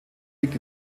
liegt